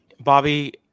Bobby